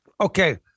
okay